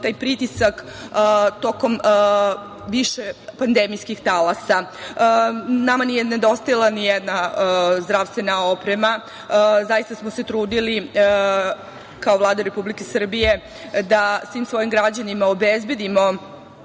taj pritisak tokom više pandemijskih talasa. Nama nije nedostajala nijedna zdravstvena oprema. Zaista smo se trudili kao Vlada Republike Srbije da svim svojim građanima obezbedimo